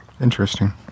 interesting